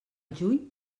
juny